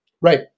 Right